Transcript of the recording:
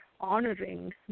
honoring